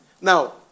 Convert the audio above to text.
Now